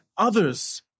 others